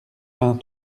vingt